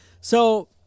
So-